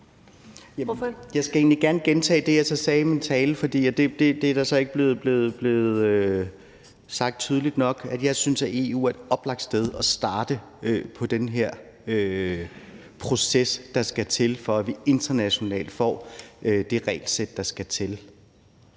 Jeg skal gerne gentage det, jeg sagde i min tale, for det er så ikke blevet sagt tydeligt nok. Jeg synes, at EU er et oplagt sted at starte den her proces, der skal til, for at vi internationalt får det regelsæt, der skal til.